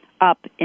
up